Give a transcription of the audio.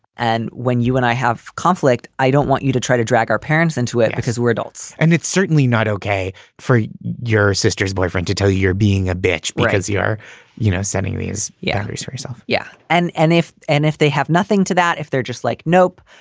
and when you and i have conflict, i don't want you to try to drag our parents into it because we're adults and it's certainly not okay for your sister's boyfriend to tell you you're being a bitch because you are you know sending these yankers for yourself yeah. and and if and if they have nothing to that, if they're just like. nope.